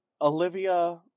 Olivia